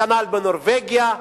כנ"ל בנורבגיה,